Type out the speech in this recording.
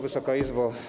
Wysoka Izbo!